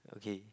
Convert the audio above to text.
okay